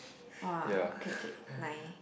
!wah! okay okay nine